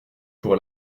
pour